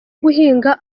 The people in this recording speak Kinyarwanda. guhinga